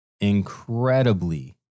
incredibly